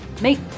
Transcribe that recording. make